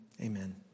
Amen